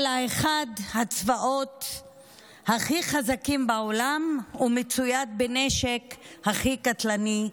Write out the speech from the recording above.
אלא אחד הצבאות הכי חזקים בעולם והמצויד בנשק הכי קטלני,